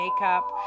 makeup